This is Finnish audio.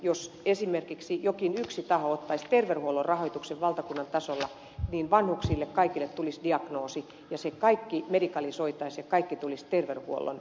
jos esimerkiksi jokin yksi taho ottaisi terveydenhuollon rahoituksen valtakunnan tasolla niin kaikille vanhuksille tulisi diagnoosi ja kaikki medikalisoitaisiin ja kaikki tulisi terveydenhuollon piikkiin